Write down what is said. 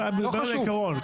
הוא מדבר על העיקרון.